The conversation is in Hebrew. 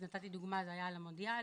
נתתי דוגמא על המונדיאל,